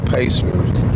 Pacers